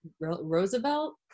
Roosevelt